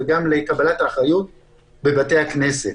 וגם ביחס לקבלת האחריות בבתי הכנסת.